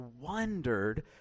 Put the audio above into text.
wondered